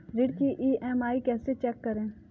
ऋण की ई.एम.आई कैसे चेक करें?